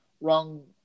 wrong